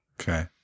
Okay